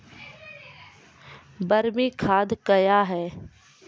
बरमी खाद कया हैं?